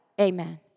Amen